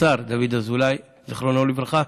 השר דוד אזולאי, זיכרונו לברכה.